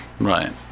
Right